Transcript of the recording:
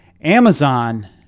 Amazon